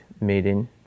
meeting